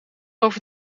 over